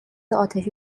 عاطفی